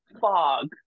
fog